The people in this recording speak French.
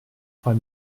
trois